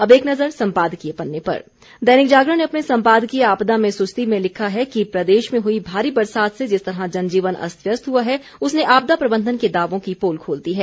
अब एक नज़र सम्पादकीय पन्ने पर देनिक जागरण ने अपने सम्पादकीय आपदा में सुस्ती में लिखा है कि प्रदेश में हुई भारी बरसात से जिस तरह जनजीवन अस्त व्यस्त हुआ उसने आपदा प्रबंधन के दावों की पोल खोल दी है